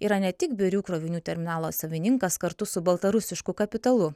yra ne tik birių krovinių terminalo savininkas kartu su baltarusišku kapitalu